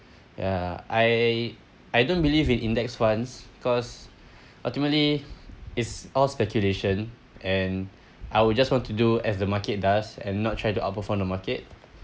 uh I I don't believe in index funds because ultimately it's all speculation and I would just want to do as the market does and not try to out perform the market